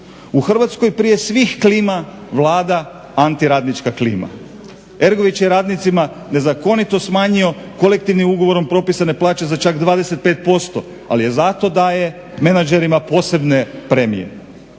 u Hrvatskoj prije svih klima vlada anti radnička klima. Ergović je radnicima nezakonito smanjio kolektivnim ugovorom propisane plaće za čak 25% ali je zato daje menadžerima posebne premije.